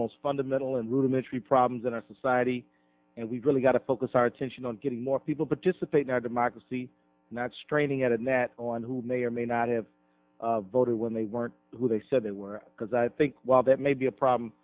most fundamental and rudimentary problems in our society and we've really got to focus our attention on getting more people participate not democracy not straining at it that on who may or may not have voted when they weren't who they said they were because i think while that may be a problem